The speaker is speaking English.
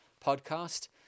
podcast